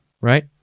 right